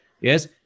yes